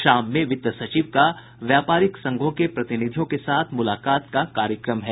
शाम में वित्त सचिव का व्यापारिक संघों के प्रतिनिधियों के साथ मुलाकात का कार्यक्रम है